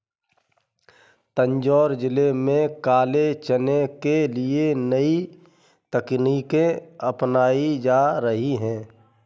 तंजौर जिले में काले चने के लिए नई तकनीकें अपनाई जा रही हैं